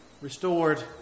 restored